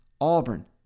Auburn